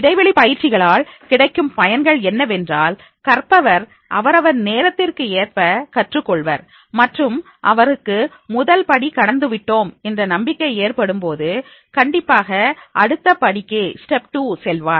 இடைவெளி பயிற்சிகளால் கிடைக்கும் பயன்கள் என்னவென்றால் கற்பவர் அவரவர் நேரத்திற்கு ஏற்ப கற்றுக் கொள்வர் மற்றும் அவருக்கு முதல் படி கடந்துவிட்டோம் என்ற நம்பிக்கை ஏற்படும்போது கண்டிப்பாக அடுத்த படிக்கு ஸ்டெப் 2 செல்வார்